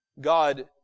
God